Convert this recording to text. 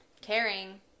caring